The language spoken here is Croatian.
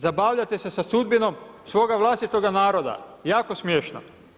Zabavljate se sa sudbinom svoga vlastitoga naroda, jako smiješno.